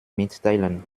mitteilen